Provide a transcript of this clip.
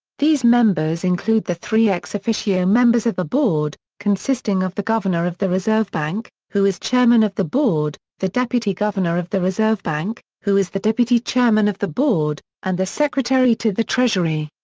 these members include the three ex officio members of the board, consisting of the governor of the reserve bank, who is chairman of the board, the deputy governor of the reserve bank, who is the deputy chairman of the board, and the secretary to the treasury.